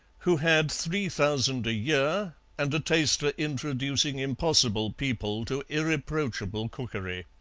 who had three thousand a year and a taste for introducing impossible people to irreproachable cookery.